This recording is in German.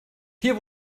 hier